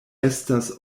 estas